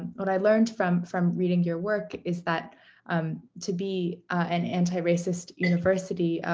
what i learned from from reading your work is that um to be an anti-racist university,